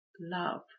love